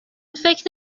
فکر